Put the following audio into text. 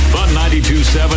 Fun927